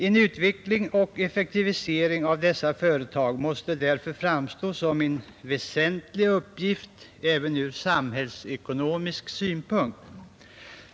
En utveckling och effektivisering av dessa företag måste därför även från samhällsekonomisk synpunkt framstå som en väsentlig uppgift.